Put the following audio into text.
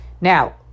Now